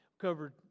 covered